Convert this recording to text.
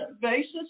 basis